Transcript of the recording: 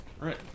Right